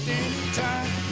anytime